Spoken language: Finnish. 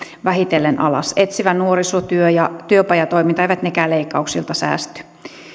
vähitellen alas etsivä nuorisotyö ja työpajatoiminta eivät nekään leikkauksilta säästy